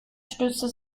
stütze